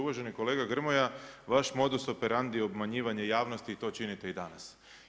Uvaženi kolega Grmoja, vaš modus operandi je obmanjivanje javnosti i to činite i danas.